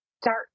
start